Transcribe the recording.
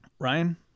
Ryan